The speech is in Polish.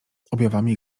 objawami